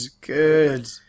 good